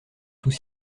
tous